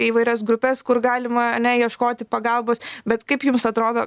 įvairias grupes kur galima ar ne ieškoti pagalbos bet kaip jums atrodo